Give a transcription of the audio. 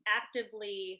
actively